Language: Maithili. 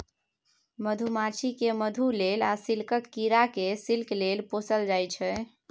मधुमाछी केँ मधु लेल आ सिल्कक कीरा केँ सिल्क लेल पोसल जाइ छै